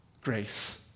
grace